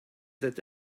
that